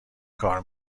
کار